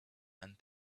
and